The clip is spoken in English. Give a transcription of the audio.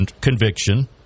conviction